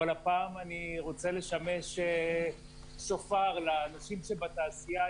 אבל הפעם אני רוצה לשמש שופר לאנשים בתעשייה.